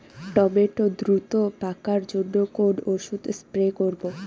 Tomato দ্রুত পাকার জন্য কোন ওষুধ স্প্রে করব?